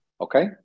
okay